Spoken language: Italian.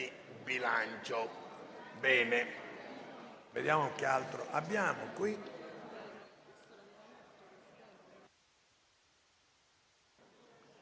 bilancio.